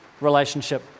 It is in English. relationship